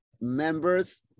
members